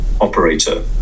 operator